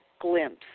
glimpse